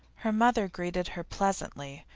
her mother greeted her pleasantly,